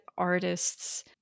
artists